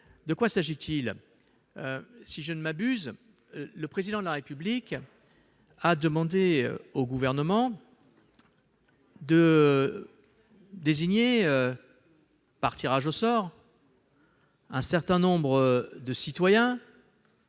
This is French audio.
De quoi est-il question ? Si je ne m'abuse, le Président de la République a demandé au Gouvernement de désigner par tirage au sort un certain nombre de citoyens